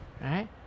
right